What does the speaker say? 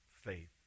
faith